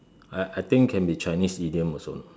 I I think can be Chinese idiom also lah